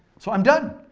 so i'm done.